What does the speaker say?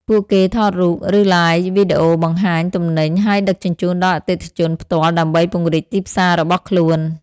ពួកគេថតរូប ឬ Live វីដេអូបង្ហាញទំនិញ ហើយដឹកជញ្ជូនដល់អតិថិជនផ្ទាល់ ដើម្បីពង្រីកទីផ្សាររបស់ខ្លួន។